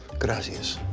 gracias.